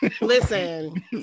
listen